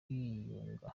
kwiyunga